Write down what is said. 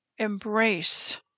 embrace